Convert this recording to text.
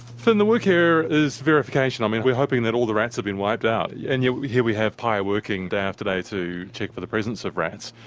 fin, the work here is verification, um we're hoping that all the rats have been wiped out, and yet here we have pai working day after day to check for the presence of rats.